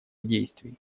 действий